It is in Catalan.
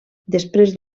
després